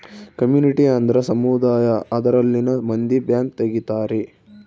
community ಅಂದ್ರ ಸಮುದಾಯ ಅದರಲ್ಲಿನ ಮಂದಿ ಬ್ಯಾಂಕ್ ತಗಿತಾರೆ